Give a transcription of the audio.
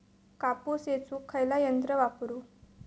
कापूस येचुक खयला यंत्र वापरू?